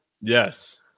Yes